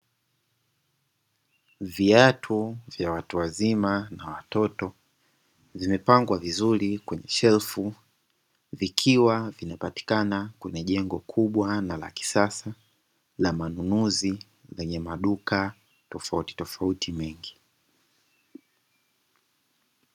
Viatu vya watu wazima na watoto vimepangwa vizuri kwenye shelfu, vikiwa vinapatikana kwenye jengo kubwa na la kisasa la manunuzi lenye maduka tofautitofauti mengi.